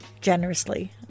generously